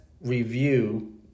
review